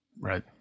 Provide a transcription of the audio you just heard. right